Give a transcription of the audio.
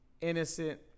innocent